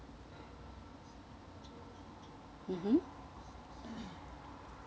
mmhmm